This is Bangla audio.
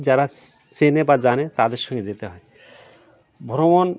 যারা চেনে বা জানে তাদের সঙ্গে যেতে হয় ভ্রমণ